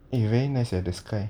eh very nice eh the sky